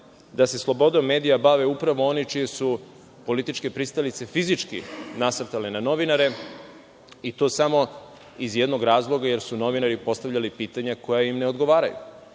da se slobodom medija bave upravo oni čije političke pristalice fizički nasrtale na novinare i to samo iz jednog razloga, jer su novinari postavljali pitanja koja im ne odgovaraju,